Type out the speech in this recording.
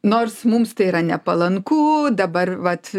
nors mums tai yra nepalanku dabar vat